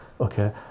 okay